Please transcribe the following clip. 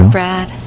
Brad